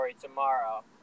tomorrow